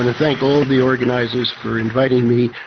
and thank all of the organisers for inviting me,